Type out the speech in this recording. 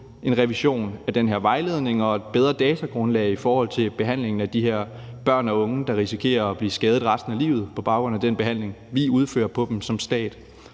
en revision af den her vejledning og et bedre datagrundlag i forhold til behandlingen af de her børn og unge, der risikerer at blive skadet resten af livet på baggrund af den behandling, vi som stat